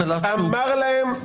להם: